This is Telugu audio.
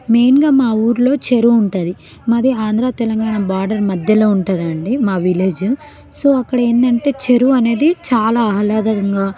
మెయిన్గా మా ఊరిలో చెరువు ఉంటుంది మాది ఆంధ్ర తెలంగాణా బార్డర్ మధ్యలో ఉంటుందండి మా విలేజ్ సో అక్కడ ఏంటంటే చెరువు అనేది చాలా ఆహ్లాదంగా